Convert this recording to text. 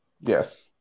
Yes